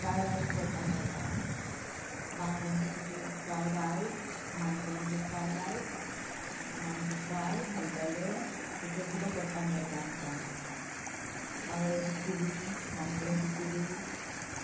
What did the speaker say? fried rice करपा मेळटा बांगड्यांचे तशे फ्राय रायस माणक्यांचे फ्रायड रायस माणके फ्राय भरलेले तशें सुद्दा करपाक मेळटा आमकां बांगड्यांची चिली माणक्यांची चिली